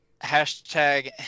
Hashtag